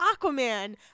Aquaman